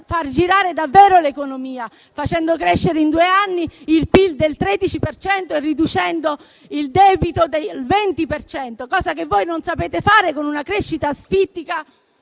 far girare davvero l'economia, facendo crescere in due anni il PIL del 13 per cento e riducendo il debito del 20 per cento, cosa che voi non sapete fare con una crescita asfittica